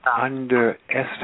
underestimate